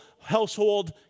household